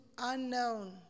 unknown